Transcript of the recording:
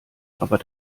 aber